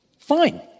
Fine